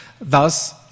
thus